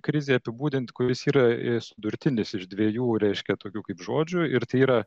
krizei apibūdint kuris yra sudurtinis iš dviejų reiškia tokių kaip žodžių ir tai yra